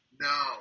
No